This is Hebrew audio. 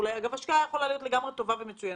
ההשקעה יכולה להיות השקעה לגמרי טובה ומצוינת,